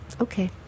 okay